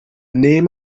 name